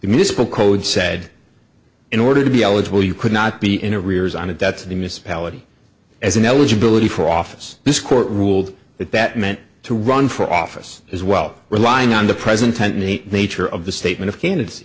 municipal code said in order to be eligible you could not be in a rears on it that's the misspelling as an eligibility for office this court ruled that that meant to run for office as well relying on the present tense nature of the statement of can